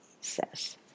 says